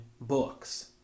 books